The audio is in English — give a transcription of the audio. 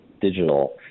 digital